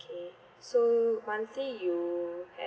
K so monthly you have